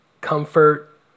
comfort